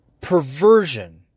perversion